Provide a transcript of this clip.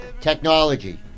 Technology